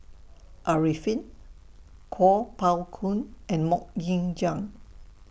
Arifin Kuo Pao Kun and Mok Ying Jang